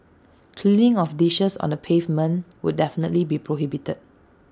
cleaning of dishes on the pavement would definitely be prohibited